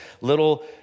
little